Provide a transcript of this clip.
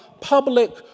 public